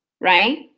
right